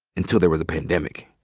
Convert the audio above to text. until there was a pandemic.